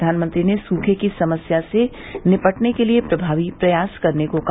प्रधानमंत्री ने सूखे की समस्या से भी निपटने के लिए प्रभावी प्रयास करने को कहा